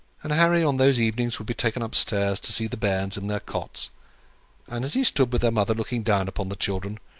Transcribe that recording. and harry, on those evenings, would be taken upstairs to see the bairns in their cots and as he stood with their mother looking down upon the children,